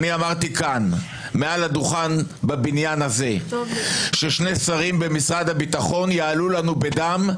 אמרתי כאן מעל הדוכן בבניין הזה ששני שרים במשרד הביטחון יעלו לנו בדם,